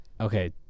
okay